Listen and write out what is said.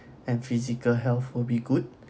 and physical health will be good